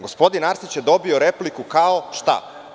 Gospodin Arsić je dobio repliku kao – šta?